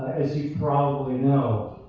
as you probably know.